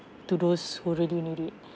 to those who really need it